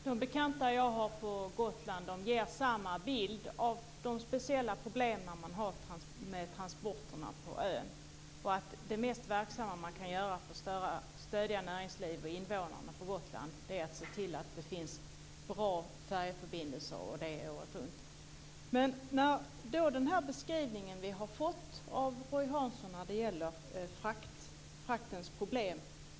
Fru talman! De bekanta jag har på Gotland ger samma bild av de speciella problem man har med transporterna på ön. Det mest verksamma vi kan göra för att stödja näringsliv och invånare på Gotland är att se till att det finns bra färjeförbindelser, och det året runt. Vi har fått en beskrivning från Roy Hansson av fraktens problem.